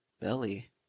Belly